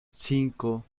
cinco